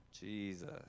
jesus